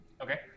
Okay